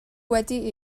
wedi